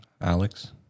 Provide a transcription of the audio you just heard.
Alex